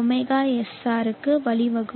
ωSR க்கு வழிவகுக்கும்